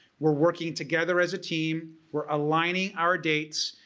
we're working together as a team, we're aligning our dates,